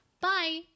Bye